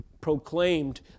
proclaimed